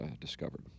discovered